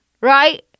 right